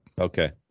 Okay